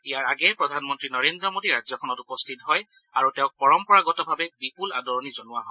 ইয়াৰ আগেয়ে প্ৰধানমন্ত্ৰী নৰেন্দ্ৰ মোদী ৰাজ্যখনত উপস্থিত হয় আৰু তেওঁক পৰম্পৰাগতভাৱে বিপুল আদৰণি জনোৱা হয়